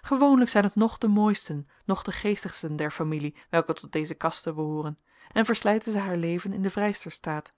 gewoonlijk zijn het noch de mooisten noch de geestigsten der familie welke tot deze caste behooren en verslijten zij haar leven in den vrijsterstaat